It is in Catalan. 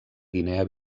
guinea